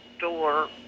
door